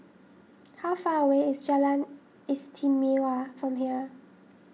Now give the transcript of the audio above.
how far away is Jalan Istimewa from here